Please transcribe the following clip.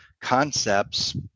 concepts